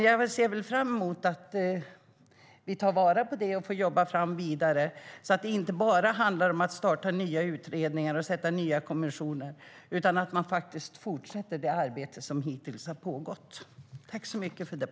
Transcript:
Jag ser ändå fram emot att vi tar vara på detta och får jobba vidare. Det får inte bara handla om att starta nya utredningar och tillsätta nya kommissioner, utan man ska fortsätta det arbete som hittills har pågått.